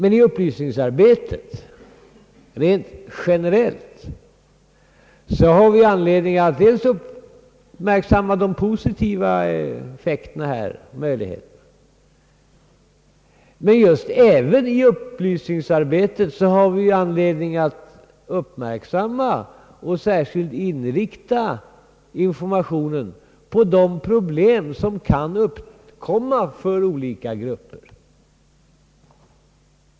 I upplysningsarbetet rent generellt har vi anledning dels att uppmärksamma de positiva effekterna och dels att särskilt inrikta informationen på de problem som kan uppkomma för olika grupper.